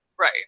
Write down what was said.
Right